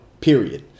Period